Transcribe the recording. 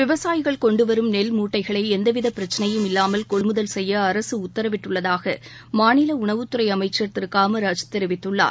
விவசாயிகள் கொண்டு வரும் நெல் மூட்டைகளை எந்தவித பிரச்னையும் இல்லாமல் கொள்முதல் செய்ய அரசு உத்தரவிட்டுள்ளதாக மாநில உணவுத்துறை அமைச்சர் திரு காமராஜ் தெரிவித்துள்ளார்